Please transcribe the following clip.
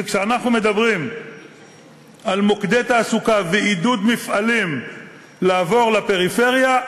וכשאנחנו מדברים על מוקדי תעסוקה ועידוד מפעלים לעבור לפריפריה,